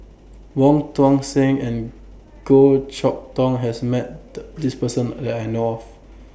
Wong Tuang Seng and Goh Chok Tong has Met The This Person that I know of